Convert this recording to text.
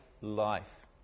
life